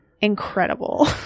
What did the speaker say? incredible